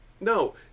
no